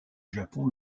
japon